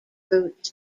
routes